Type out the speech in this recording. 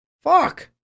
fuck